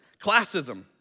classism